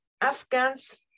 Afghans